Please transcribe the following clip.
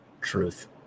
Truth